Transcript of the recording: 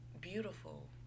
beautiful